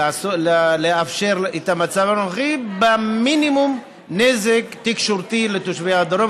לאפשר את המצב הנוכחי במינימום נזק תקשורתי לתושבי הדרום,